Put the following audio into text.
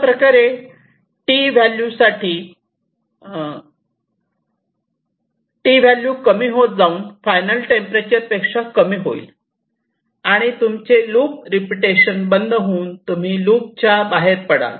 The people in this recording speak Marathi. अशाप्रकारे T ची व्हॅल्यू कमी होत जाऊन फायनल टेम्परेचर पेक्षा कमी होईल आणि तुमचे लूप रिपिटेशन बंद होऊन तुम्ही लूप च्या बाहेर पडाल